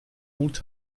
mut